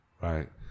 right